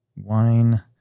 Wine